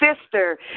sister